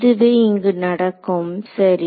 இதுவே இங்கு நடக்கும் சரி